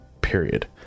Period